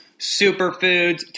superfoods